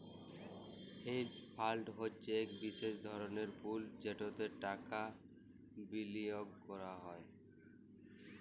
hedge fund হছে ইক বিশেষ ধরলের পুল যেটতে টাকা বিলিয়গ ক্যরে